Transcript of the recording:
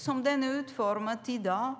Som den är utformad i dag